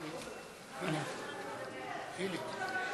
אדוני היושב-ראש,